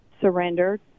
surrendered